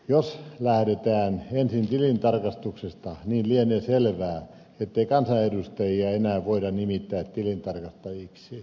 jos lähdetään ensin tilintarkastuksesta niin lienee selvää ettei kansanedustajia enää voida nimittää tilintarkastajiksi